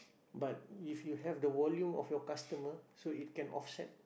but if you have the volume of your customer so it can offset